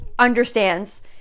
understands